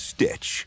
Stitch